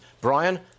Brian